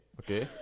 okay